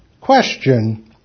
question